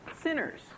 sinners